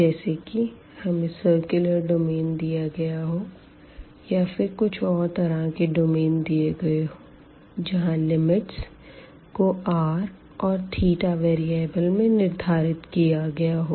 जैसे कि हमें सर्कुलर डोमेन दिया गया हो या फिर कुछ और तरह के डोमेन दिए गए हो जहाँ लिमिट्स को r और वेरीअबल में निर्धारित किया गया हो